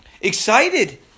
excited